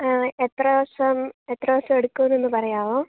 എത്ര ദിവസം എത്ര ദിവസം എടുക്കുമെന്ന് ഒന്ന് പറയാവൊ